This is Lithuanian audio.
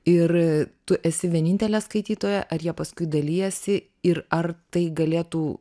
ir tu esi vienintelė skaitytoja ar jie paskui dalijasi ir ar tai galėtų